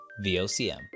VOCM